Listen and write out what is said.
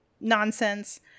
nonsense